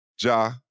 Ja